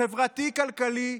חברתי, כלכלי,